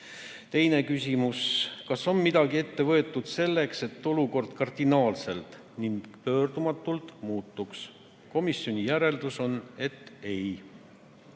Teine küsimus: kas on midagi ette võetud selleks, et olukord kardinaalselt ning pöördumatult muutuks? Komisjoni järeldus on, et ei